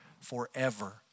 forever